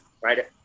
right